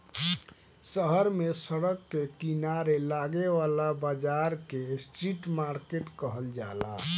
शहर में सड़क के किनारे लागे वाला बाजार के स्ट्रीट मार्किट कहल जाला